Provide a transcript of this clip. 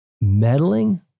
meddling